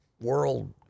world